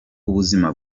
ubuzima